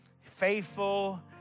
faithful